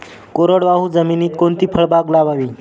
कोरडवाहू जमिनीत कोणती फळबाग लावावी?